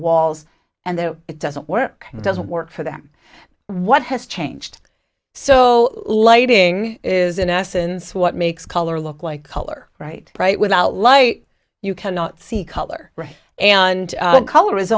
walls and it doesn't work and doesn't work for them what has changed so lighting is in essence what makes color look like color right right without light you cannot see color and color is